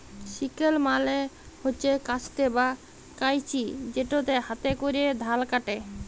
sickle মালে হছে কাস্তে বা কাঁইচি যেটতে হাতে ক্যরে ধাল ক্যাটে